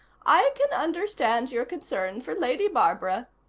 i can understand your concern for lady barbara.